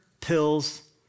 pills